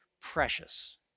precious